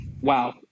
Wow